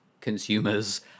consumers